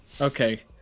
Okay